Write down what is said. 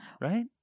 right